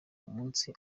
umunsi